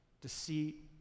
deceit